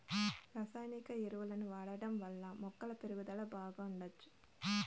రసాయనిక ఎరువులను వాడటం వల్ల మొక్కల పెరుగుదల బాగా ఉండచ్చు